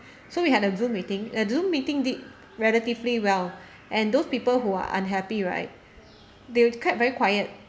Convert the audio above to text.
so we had a zoom meeting the zoom meeting did relatively well and those people who are unhappy right they would kept very quiet